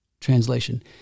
translation